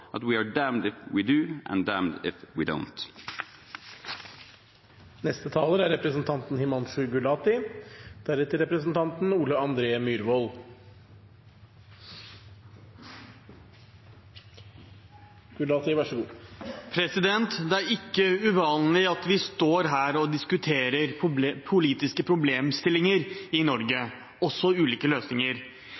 at vi er «damned if we do and damned if we don’t». Det er ikke uvanlig at vi står her og diskuterer politiske problemstillinger i Norge,